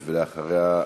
ואחריה,